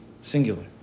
singular